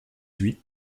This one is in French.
huit